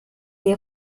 les